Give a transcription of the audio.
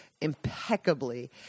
impeccably